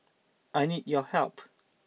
I need your help